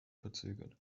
verzögert